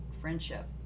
Friendship